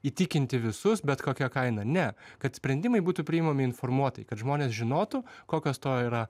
įtikinti visus bet kokia kaina ne kad sprendimai būtų priimami informuotai kad žmonės žinotų kokios to yra